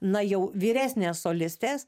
na jau vyresnės solistės